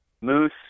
moose